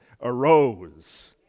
arose